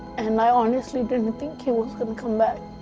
and i honestly didn't think he was going to come back.